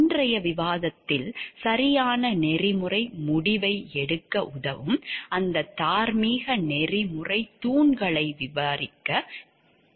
இன்றைய விவாதத்தில் சரியான நெறிமுறை முடிவை எடுக்க உதவும் அந்த தார்மீக நெறிமுறைத் தூண்களை விரிவாகக் காண்போம்